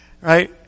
Right